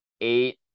eight